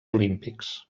olímpics